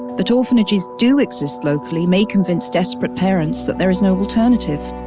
that orphanages do exist locally may convince desperate parents that there is no alternative.